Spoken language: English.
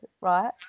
right